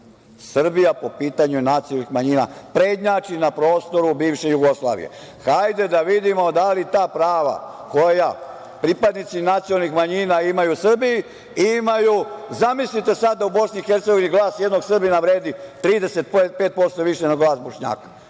po pitanju nacionalnih manjina prednjači na prostoru bivše Jugoslavije. Hajde da vidimo da li ta prava koja pripadnici nacionalnih manjina imaju u Srbiji imaju, zamislite sada u Bosni i Hercegovini glas jednog Srbina vredi 35% više nego glas Bošnjaka.